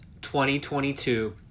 2022